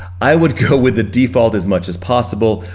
i would go with the default as much as possible.